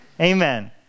Amen